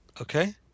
Okay